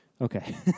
Okay